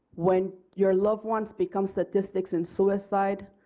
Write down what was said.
when your loved ones become statistics in suicide,